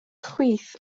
chwith